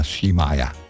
Shimaya